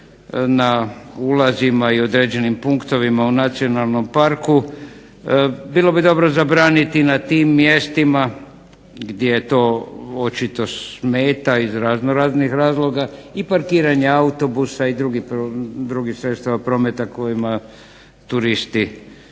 na ulazima i određenim punktovima u nacionalnom parku. Bilo bi dobro zabraniti na tim mjestima gdje to očito smeta iz raznoraznih razloga i parkiranje autobusa i drugih sredstava prometa kojima turisti dolaze.